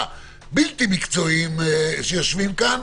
הבלתי מקצועיים שיושבים פה,